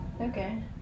Okay